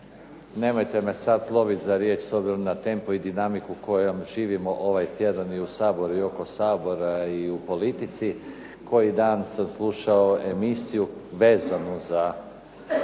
Nemojte me sad loviti za riječ s obzirom na tempo i dinamiku kojom živimo ovaj tjedan i u Saboru i oko Sabora i u politici. Koji dan sam slušao emisiju vezanu za